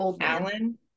Alan